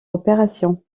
opération